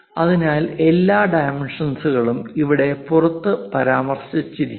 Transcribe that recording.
അതിനാൽ എല്ലാ ഡൈമെൻഷൻസ്കളും ഇവിടെ പുറത്ത് പരാമർശിച്ചിരിക്കുന്നു